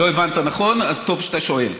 לא הבנת נכון, אז טוב שאתה שואל.